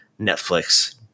Netflix